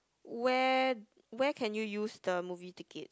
where where can you use the movie tickets